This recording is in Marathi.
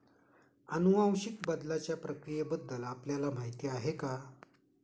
अनुवांशिक बदलाच्या प्रक्रियेबद्दल आपल्याला माहिती आहे का?